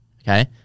Okay